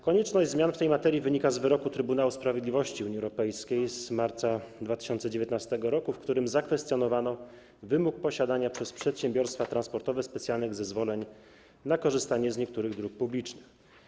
Konieczność zmian w tej materii wynika z wyroku Trybunału Sprawiedliwości Unii Europejskiej z marca 2019 r., w którym zakwestionowano wymóg posiadania przez przedsiębiorstwa transportowe specjalnych zezwoleń na korzystanie z niektórych dróg publicznych.